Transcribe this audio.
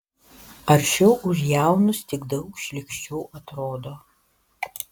aršiau už jaunus tik daug šlykščiau atrodo